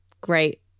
Great